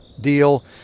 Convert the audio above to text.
deal